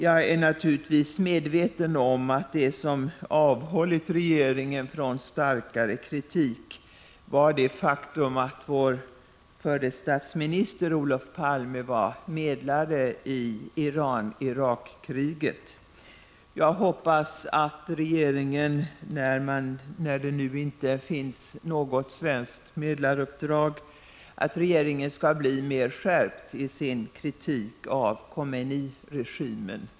Jag är naturligtvis medveten om att det som avhållit regeringen från att framföra starkare kritik har varit det faktum att vår förre statsminister Olof Palme var medlare i kriget mellan Iran och Irak. Jag hoppas att regeringen, när det nu inte finns något svenskt medlaruppdrag, skall bli mer skärpt i sin kritik av Khomeiny-regimen.